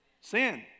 Sin